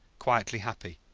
quietly happy.